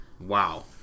Wow